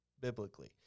biblically